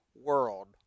world